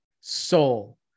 Soul